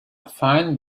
fine